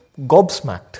gobsmacked